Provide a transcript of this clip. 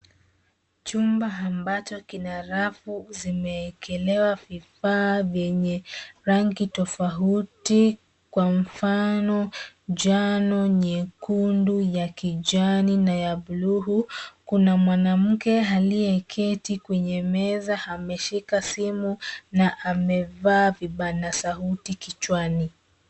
Chumba ambacho kina rafu zimewekelewa vifaa vyenye rangi tofauti, kwa mfano njano, nyekundu, ya kijani na ya buluu. Kuna mwanamke aliyeketi kwenye meza, ameshika simu na amevaa vibana sauti kichwani.